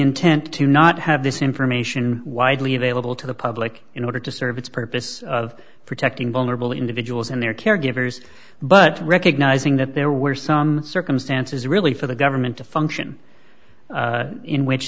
intent to not have this information widely available to the public in order to serve its purpose of protecting vulnerable individuals and their caregivers but recognizing that there were some circumstances really for the government to function in which